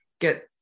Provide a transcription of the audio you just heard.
get